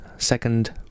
second